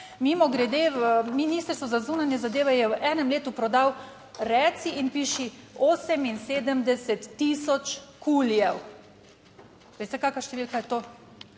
Mimogrede, v ministrstvu za zunanje zadeve je v enem letu prodal, reci in piši, 78 tisoč kulijev. Veste, kakšna številka je to?